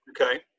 Okay